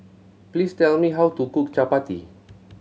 please tell me how to cook Chapati